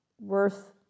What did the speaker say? worth